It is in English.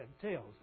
tails